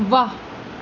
वाह्